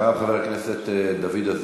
חבר הכנסת ישראל אייכלר, בבקשה.